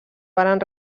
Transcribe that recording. varen